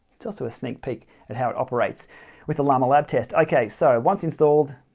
it's also a sneak peek at how it operates with the lama lab test. okay, so once installed,